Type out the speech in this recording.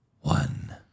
one